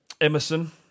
Emerson